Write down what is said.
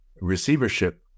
receivership